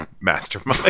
Mastermind